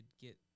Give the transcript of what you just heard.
get